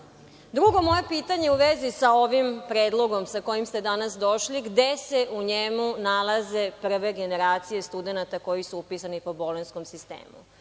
moje pitanje u vezi sa ovim predlogom sa kojim ste danas došli – gde se u njemu nalaze prve generacije studenata koji su upisani po bolonjskom sistemu?